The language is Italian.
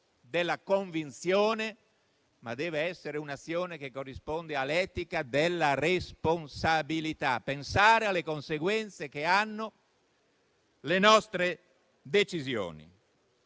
della convinzione, ma deve essere un'azione che corrisponde all'etica della responsabilità: pensare alle conseguenze che hanno le nostre decisioni.